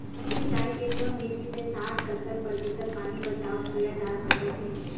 सिंचाई के कोन से विधि से साठ सत्तर प्रतिशत पानी बचाव किया जा सकत हे?